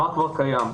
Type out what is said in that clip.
מה כבר קיים?